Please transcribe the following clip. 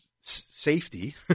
safety